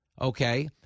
okay